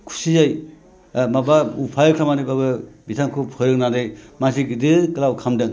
खुसियै माबा उफाय खालामनानैब्लाबो बिथांखौ फोरोंनानै मानसि गिदिर गोलाव खालामदों